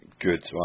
good